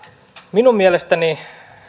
minun mielestäni